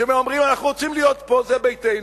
שאומרים: אנחנו רוצים להיות פה, זה ביתנו,